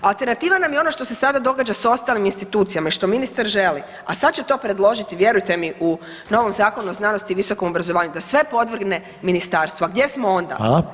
Alternativa nam je ono što se sada događa s ostalim institucijama i što ministar želi, a sad će to predložiti, vjerujte mi, u novom Zakonu o znanosti i visokom obrazovanju, da sve podvrgne ministarstvu, a gdje smo onda?